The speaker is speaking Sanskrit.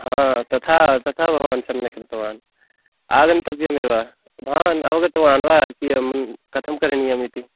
हा तथा तथा भवान् सम्यक् कृतवान् आगन्तव्यमेव भवान् अवगतवान् वा कियत् कथं करणीयमिति